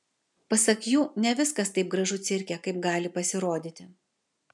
pasak jų ne viskas taip gražu cirke kaip gali pasirodyti